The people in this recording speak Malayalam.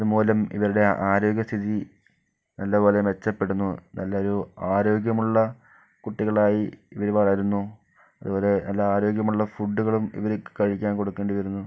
അതുമൂലം ഇവരുടെ ആരോഗ്യസ്ഥിതി നല്ലപോലെ മെച്ചപ്പെടുന്നു നല്ലൊരു ആരോഗ്യമുള്ള കുട്ടികളായി ഇവര് വളരുന്നു ഇവരെ നല്ല ആരോഗ്യമുള്ള ഫുഡുകളും ഇവർക്ക് കഴിക്കാൻ കൊടുക്കേണ്ടി വരുന്നു